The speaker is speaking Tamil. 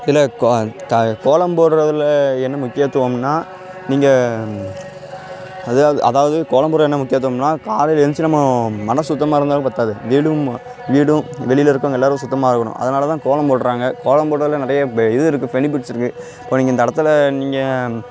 இதுலகோ தா கோலம் போடுறதுல என்ன முக்கியத்துவம்னா நீங்கள் அதாவது அதாவது கோலம் போடுற என்ன முக்கியத்துவம்ன்னா காலையில் எந்திரிச்சு நம்ம மன சுத்தமாக இருந்தாலும் பத்தாது வீடும் வீடும் வெளியில இருக்கவங்க எல்லாரும் சுத்தமாக இருக்கணும் அதனால் தான் கோலம் போடுறாங்க கோலம் போடுறதுல நிறைய பெ இது இருக்கு பெனிபிட்ஸ் இருக்கு இப்போ நீங்கள் இந்த இடத்தில் நீங்கள்